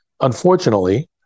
Unfortunately